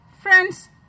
Friends